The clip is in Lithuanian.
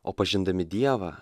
o pažindami dievą